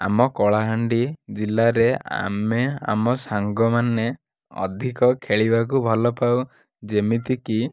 ଆମ କଳାହାଣ୍ଡି ଜିଲ୍ଲାରେ ଆମେ ଆମ ସାଙ୍ଗମାନେ ଅଧିକ ଖେଳିବାକୁ ଭଲ ପାଉ ଯେମିତିକି